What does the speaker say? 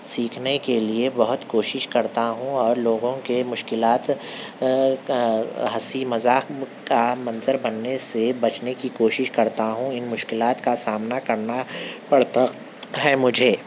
سیکھنے کے لئے بہت کوشش کرتا ہوں اور لوگوں کے مشکلات ہنسی مذاق کا منظر بننے سے بچنے کی کوشش کرتا ہوں ان مشکلات کا سامنا کرنا پڑتا ہے مجھے